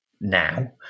now